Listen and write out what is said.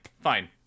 fine